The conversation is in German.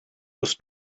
ist